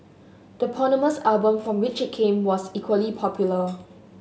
the eponymous album from which it came was equally popular